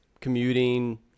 commuting